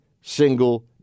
single